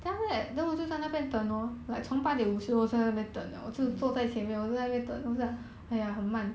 mm